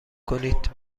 کنید